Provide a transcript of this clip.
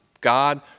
God